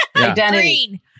Identity